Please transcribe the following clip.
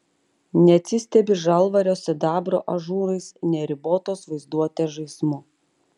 neatsistebi žalvario sidabro ažūrais neribotos vaizduotės žaismu